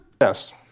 Yes